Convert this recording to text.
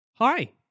Hi